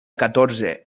catorze